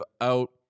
out